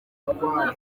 bukware